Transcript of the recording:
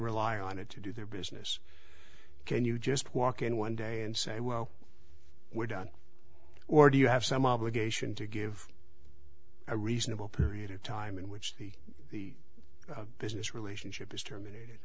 rely on it to do their business can you just walk in one day and say well we're done or do you have some obligation to give a reasonable period of time in which the business relationship is terminated